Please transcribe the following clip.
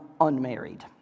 unmarried